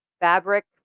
fabric